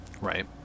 Right